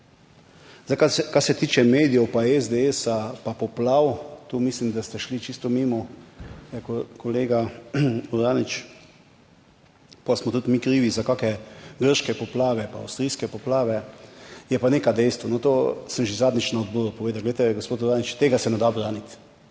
kar se tiče medijev pa SDS, pa poplav. Tu mislim, da ste šli čisto mimo, kolega Uranič, potem smo tudi mi krivi za kakšne grške poplave pa avstrijske poplave. Je pa neka dejstva, to sem že zadnjič na odboru povedal, glejte, gospod Uranič, tega se ne da braniti.